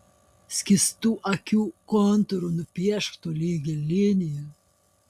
skystu akių kontūru nupiešk tolygią liniją